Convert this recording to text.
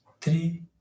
three